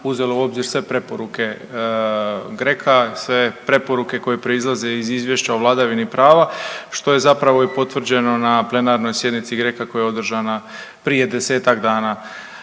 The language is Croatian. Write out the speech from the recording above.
uzelo u obzir sve preporuke GRECO-a, sve preporuke koje proizlaze iz izvješća o vladavini prava, što je zapravo i potvrđeno na plenarnoj sjednici GRECO-a koja je održana prije 10-tak dana.